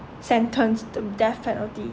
sentenced the death penalty